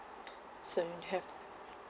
so have